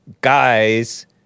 Guys